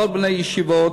לא לבני ישיבות,